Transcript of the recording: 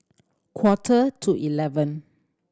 quarter to eleven